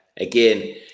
Again